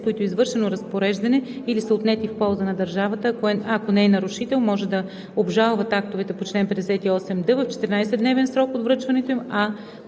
които е извършено разпореждане или са отнети в полза на държавата, ако не е нарушител, може да обжалват актовете по чл. 58д в 14-дневен срок от връчването им, а